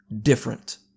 different